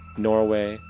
norway,